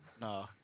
No